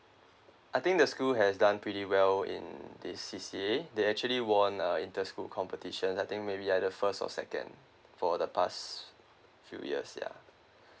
I think the school has done pretty well in the C_C_A they actually won a inter school competition I think maybe are the first or second for the past few years ya